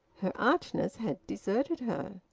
her archness had deserted her.